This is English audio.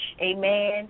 Amen